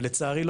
ולצערי,